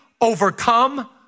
overcome